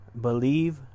Believe